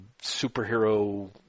superhero